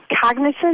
cognizant